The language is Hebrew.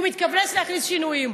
והוא מתכוון להכניס שינויים.